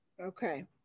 Okay